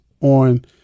on